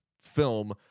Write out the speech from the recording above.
film